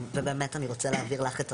ובאמת אני רוצה להעביר לך את הבמה.